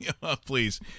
Please